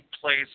place